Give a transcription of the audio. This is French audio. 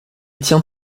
tient